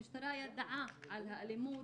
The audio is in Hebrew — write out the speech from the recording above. המשטרה ידעה על האלימות,